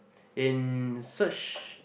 in search